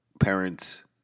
parents